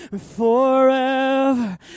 Forever